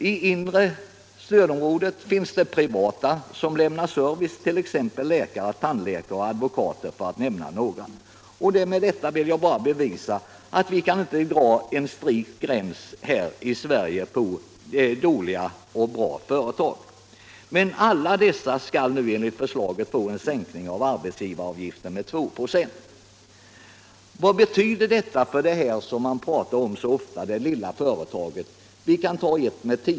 I inre stödområdet finns det privata företagare som lämnar service — läkare, tandläkare och advokater för att nämna några. Med detta vill jag bara bevisa att vi inte kan dra en strikt gräns här i Sverige mellan dåliga och bra företag. Men alla dessa företag skall nu enligt förslaget få en sänkning av arbetsgivaravgiften med 2 96. Vad be 31 tyder detta för det lilla företaget, som man så ofta talar om?